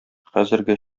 хәзерге